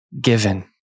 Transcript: given